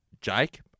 Jake